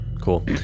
Cool